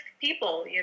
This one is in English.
people